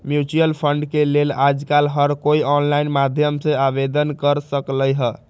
mutual fund के लेल आजकल हर कोई ऑनलाईन माध्यम से आवेदन कर सकलई ह